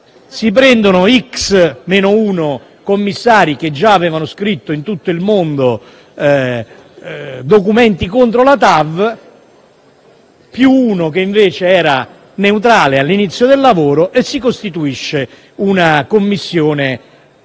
Si prendono "x-1" commissari, che già avevano scritto in tutto il mondo documenti contro la TAV, più un commissario che, invece, era neutrale all'inizio del lavoro e si costituisce una commissione